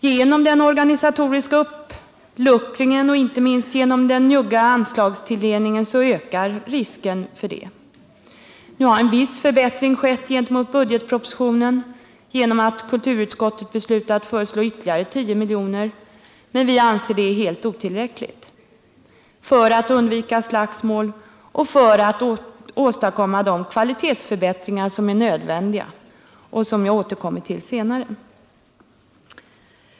Genom den organisatoriska uppluckringen och inte minst genom den njugga anslagstilldelningen ökar risken härför. En viss förbättring gentemot budgetpropositionen har skett genom att kulturutskottet har beslutat föreslå ytterligare 10 milj.kr. Vi anser emellertid detta vara helt otillräckligt för att undvika slagsmål och för att åstadkomma de kvalitetsförbättringar som är nödvändiga och som jag återkommer till senare.